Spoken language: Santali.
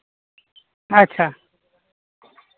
ᱟᱪᱪᱷᱟ